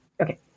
okay